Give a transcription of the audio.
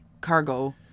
cargo